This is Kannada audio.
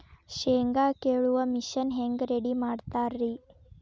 ಶೇಂಗಾ ಕೇಳುವ ಮಿಷನ್ ಹೆಂಗ್ ರೆಡಿ ಮಾಡತಾರ ರಿ?